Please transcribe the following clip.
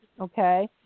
okay